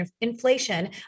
inflation